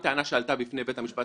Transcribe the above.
ולכן הטענה שמדובר פה בהחלטה של לשכת